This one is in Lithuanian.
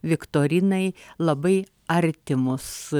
viktorinai labai artimus